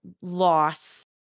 loss